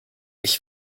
ich